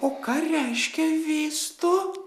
o ką reiškia vystu